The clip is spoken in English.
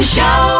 Show